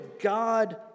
God